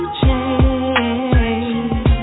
change